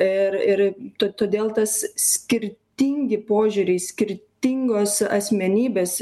ir ir t todėl tas skirtin požiūriai skirtingos asmenybės